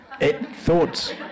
thoughts